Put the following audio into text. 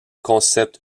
concept